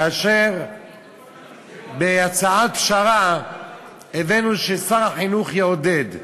כאשר בהצעת פשרה הבאנו ששר החינוך יעודד,